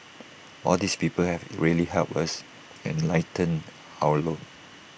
all these people have really helped us and lightened our load